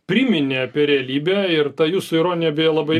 priminė apie realybę ir ta jūsų ironija beje labai